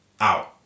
out